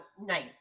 nice